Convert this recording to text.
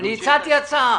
אני הצעתי הצעה.